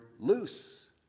loose